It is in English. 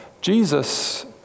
Jesus